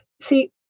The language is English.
See